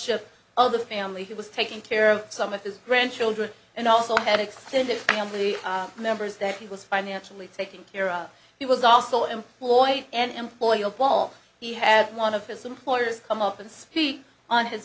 p of the family he was taking care of some of his grandchildren and also had extended family members that he was financially taking care of he was also employed an employee a ball he had one of his employers come up and speak on his